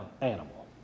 animal